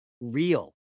real